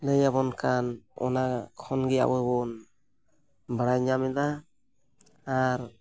ᱞᱟᱹᱭ ᱟᱵᱚᱱ ᱠᱟᱱ ᱚᱱᱟ ᱠᱷᱚᱱ ᱜᱮ ᱟᱵᱚ ᱵᱚᱱ ᱵᱟᱲᱟᱭ ᱧᱟᱢᱮᱫᱟ ᱟᱨ